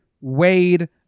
Wade